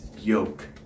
yoke